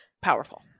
powerful